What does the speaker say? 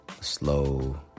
Slow